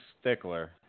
stickler